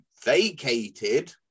vacated